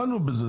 דנו בזה.